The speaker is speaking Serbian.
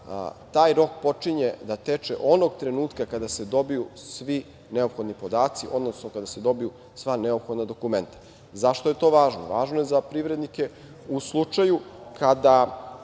taj rok počinje onog trenutka kada se dobiju svi neophodni podaci, odnosno kada se dobiju sva neophodna dokumenta. Zašto je to važno? Važno je za privrednike u slučaju kada